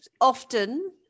often